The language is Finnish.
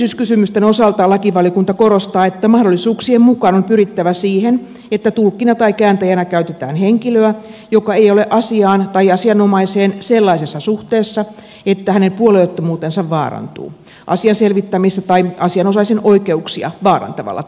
esteellisyyskysymysten osalta lakivaliokunta korostaa että mahdollisuuksien mukaan on pyrittävä siihen että tulkkina tai kääntäjänä käytetään henkilöä joka ei ole asiaan tai asianomaiseen sellaisessa suhteessa että hänen puolueettomuutensa vaarantuu asian selvittämistä tai asianosaisen oikeuksia vaarantavalla tavalla